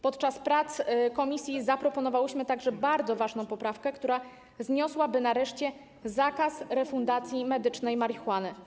Podczas prac komisji zaproponowałyśmy także bardzo ważną poprawkę, która zniosłaby nareszcie zakaz refundacji medycznej marihuany.